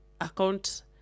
account